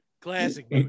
classic